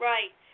Right